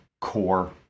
core